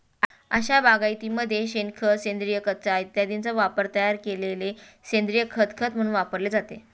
अशा बागायतीमध्ये शेणखत, सेंद्रिय कचरा इत्यादींचा वापरून तयार केलेले सेंद्रिय खत खत म्हणून वापरले जाते